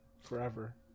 forever